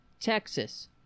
Texas